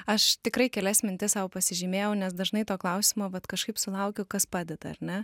aš tikrai kelias mintis sau pasižymėjau nes dažnai to klausimo vat kažkaip sulaukiu kas padeda ar ne